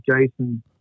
Jason